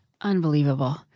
Unbelievable